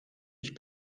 ich